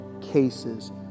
cases